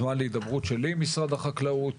זמן להידברות שלי עם משרד החקלאות,